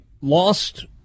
lost